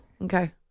Okay